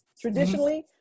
traditionally